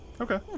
Okay